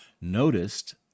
noticed